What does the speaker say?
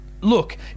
Look